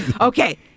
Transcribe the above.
Okay